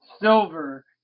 silver